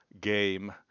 game